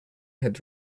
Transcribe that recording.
had